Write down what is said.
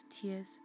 tears